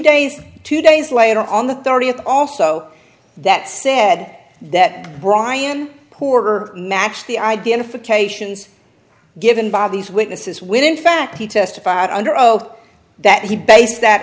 days two days later on the thirtieth also that said that brian puir matched the identifications given by these witnesses when in fact he testified under oath that he based that